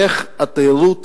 איך התיירות,